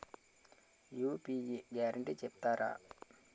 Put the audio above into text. UPI guarantee చెప్తారా?